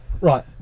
right